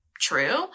true